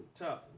Tough